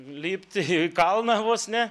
lipti į kalną vos ne